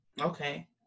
okay